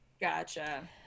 Gotcha